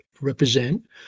represent